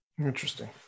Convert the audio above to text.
Interesting